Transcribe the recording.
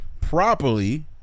properly